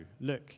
look